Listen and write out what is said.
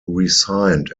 resigned